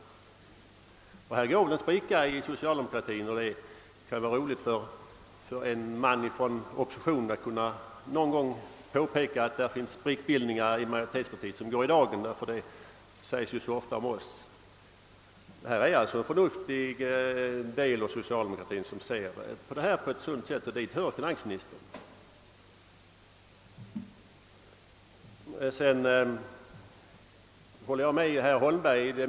På denna punkt går det väl en spricka inom socialdemokratin, och det kan vara roligt för en företrädare för oppositionen att någon gång kunna peka på sprickbildningar som kommer i dagen inom majoritetspartiet, eftersom påståenden om sprickor så ofta görs om oss. Det finns alltså inom socialdemokratin en förnuftig riktning, där man ser på denna fråga på ett vettigt sätt, och dit hör finansministern. Jag instämmer i det mesta av vad herr Holmberg sade.